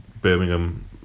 Birmingham